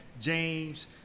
James